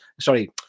Sorry